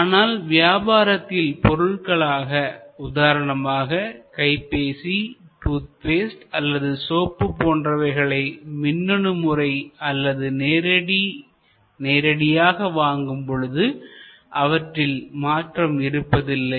ஆனால் வியாபாரத்தில் பொருள்களாக உதாரணமாக கைப்பேசிடூத் பேஸ்ட் அல்லது சோப்பு போன்றவைகளை மின்னணு முறை அல்லது நேரடியாக வாங்கும் பொழுது அவற்றில் மாற்றம் இருப்பதில்லை